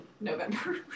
November